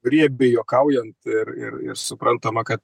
riebiai juokaujant ir ir ir suprantama kad